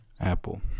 Apple